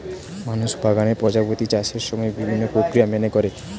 মানুষ বাগানে প্রজাপতির চাষের সময় বিভিন্ন প্রক্রিয়া মেনে করে